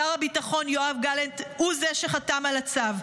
שר הביטחון יואב גלנט הוא זה שחתם על הצו.